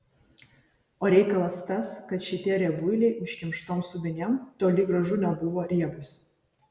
o reikalas tas kad šitie riebuiliai užkimštom subinėm toli gražu nebuvo riebūs